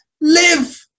live